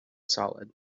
solid